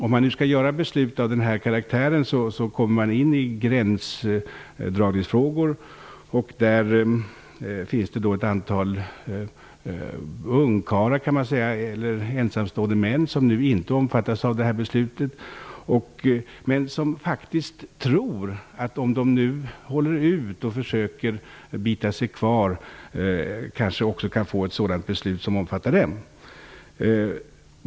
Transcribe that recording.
Om man nu skall fatta beslut av den här karaktären kommer man in på gränsdragningsfrågor. Det finns ett antal ensamstående män som inte omfattas av beslutet men som faktiskt tror att de, om de nu håller ut och försöker bita sig kvar, kan få ett sådant beslut som också omfattar dem.